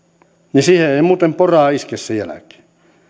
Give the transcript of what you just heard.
niin siihen ei ei muuten pora iske sen jälkeen